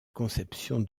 conception